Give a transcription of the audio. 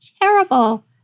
terrible